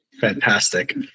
Fantastic